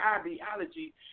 ideology